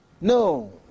no